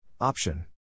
Option